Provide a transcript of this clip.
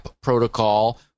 protocol